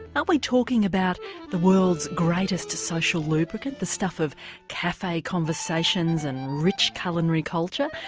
um we talking about the world's greatest social lubricant? the stuff of cafe conversations and rich culinary culture?